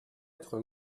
être